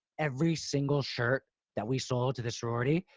every single shirt that we sold to the sorority,